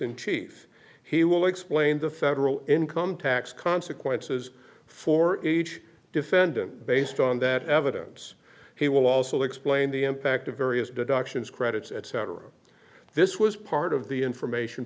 in chief he will explain the federal income tax consequences for each defendant based on that evidence he will also explain the impact of various deductions credits etc this was part of the information